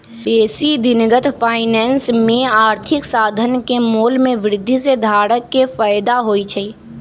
बेशी दिनगत फाइनेंस में आर्थिक साधन के मोल में वृद्धि से धारक के फयदा होइ छइ